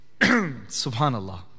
SubhanAllah